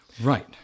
right